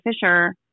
Fisher